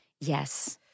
yes